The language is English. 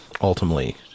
ultimately